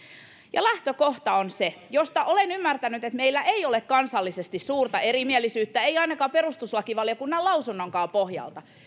lähtökohta on se ja olen ymmärtänyt että meillä ei ole siitä kansallisesti suurta erimielisyyttä ei ainakaan perustuslakivaliokunnan lausunnon pohjalta niin